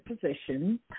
position